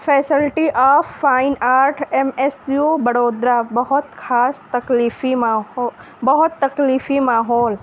facility of Fine Art M S U Baroda بہت خاص تکلیفی ماحول بہت تکلیفی ماحول